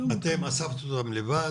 אתם אספתם אותם לבד